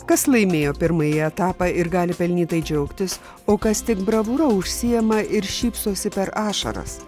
kas laimėjo pirmąjį etapą ir gali pelnytai džiaugtis o kas tik bravūra užsiima ir šypsosi per ašaras